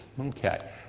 Okay